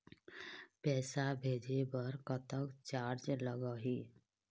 पैसा भेजे बर कतक चार्ज लगही?